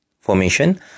formation